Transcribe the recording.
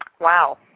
Wow